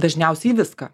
dažniausiai į viską